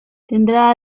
tendrá